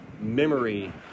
memory